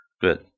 Good